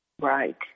Right